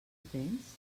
tens